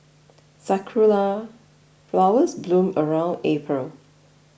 sakura flowers bloom around April